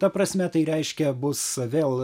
ta prasme tai reiškia bus vėl